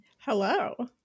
Hello